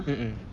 mm mm